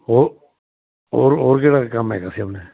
ਹੋਰ ਔਰ ਹੋਰ ਜਿਹੜਾ ਕੰਮ ਹੈਗਾ ਸੀ ਆਪਣੇ